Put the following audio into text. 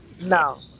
No